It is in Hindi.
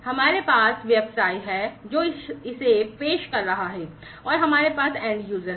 हमारे पास व्यवसाय है जो इसे पेश कर रहा है और हमारे पास एंड्यूसर हैं